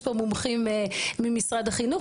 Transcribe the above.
יש פה מומחים ממשרד החינוך,